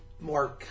more